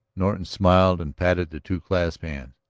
norton smiled and patted the two clasped hands.